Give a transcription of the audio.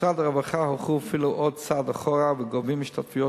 במשרד הרווחה הלכו אפילו עוד צעד אחורה וגובים השתתפויות